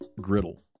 griddle